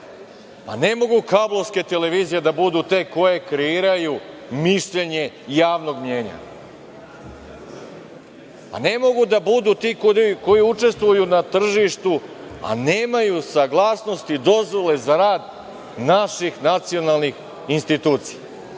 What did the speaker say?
Ne mogu kablovske televizije da budu te koje kreiraju mišljenje javnog mnjenja, a ne mogu da budu ti koji učestvuju na tržištu, a nemaju saglasnosti i dozvole za rad naših nacionalnih institucija. Pa